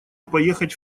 поехать